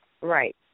Right